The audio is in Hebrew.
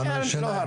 לנו יש שיניים,